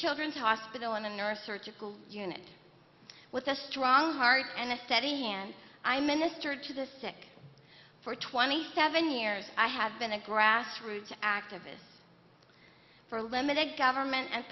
children's hospital i'm a nurse surgical unit with a strong heart and a steady hand i ministered to this chick for twenty seven years i have been a grassroots activists for limited government and